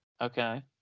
Okay